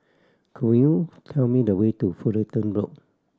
could you tell me the way to Fullerton Road